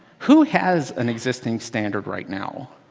who has an existing standard right now?